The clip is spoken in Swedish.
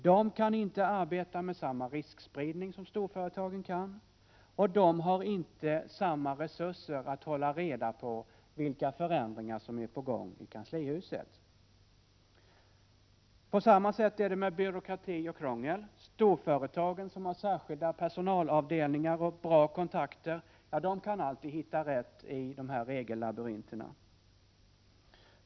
De kan inte arbeta med samma riskspridning som storföretagen och de har inte heller samma resurser för att hålla reda på vilka förändringar som planeras i kanslihuset. På samma sätt är det med byråkrati och krångel. Storföretag med särskilda personalavdelningar och bra kontakter kan alltid hitta rätt i regellabyrinten.